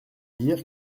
dire